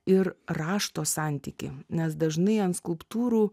ir rašto santykį nes dažnai ant skulptūrų